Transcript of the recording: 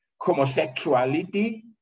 homosexuality